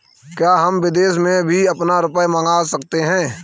क्या हम विदेश से भी अपना रुपया मंगा सकते हैं?